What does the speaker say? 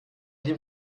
dem